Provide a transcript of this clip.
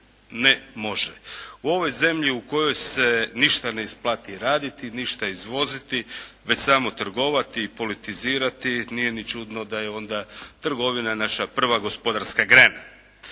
ne može. U ovoj zemlji u kojoj se ništa ne isplati raditi, ništa izvoziti, već samo trgovati i politizirati nije ni čudno da je onda trgovina naša prva gospodarska grana.